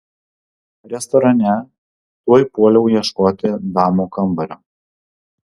restorane tuoj puoliau ieškoti damų kambario